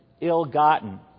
ill-gotten